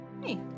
Hey